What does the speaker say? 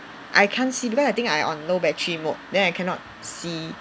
I can't see because I think I on low battery mode then I cannot see